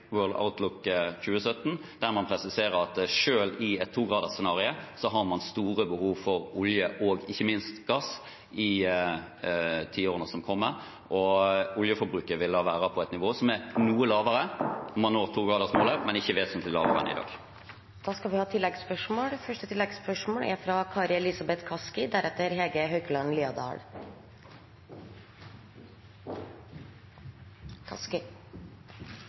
Outlook 2017, der man presiserer at selv i et 2-gradersscenario har man store behov for olje og ikke minst gass i tiårene som kommer. Oljeforbruket vil være på et nivå som er noe lavere om man når 2-gradersmålet, men ikke vesentlig lavere enn i dag. Det åpnes for oppfølgingsspørsmål – først Kari Elisabeth Kaski.